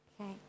okay